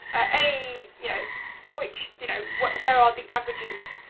a, you know which, you know. where are the averages,